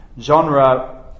genre